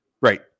Right